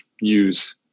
use